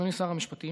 אדוני שר המשפטים,